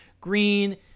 green